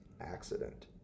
accident